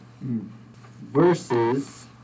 versus